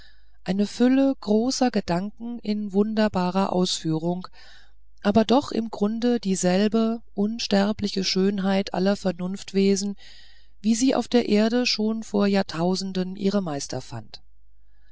eine fülle großer gedanken in wunderbarer ausführung aber doch im grunde dieselbe unsterbliche schönheit aller vernunftwesen wie sie auf der erde auch schon vor jahrtausenden ihre meister fand